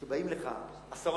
כשבאים לך עשרות,